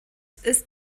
ist